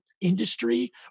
industry